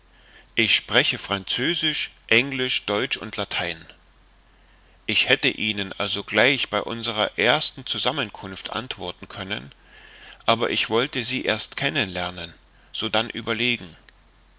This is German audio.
ich spreche französisch englisch deutsch und latein ich hätte ihnen also gleich bei unserer ersten zusammenkunft antworten können aber ich wollte sie erst kennen lernen sodann überlegen